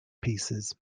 pieces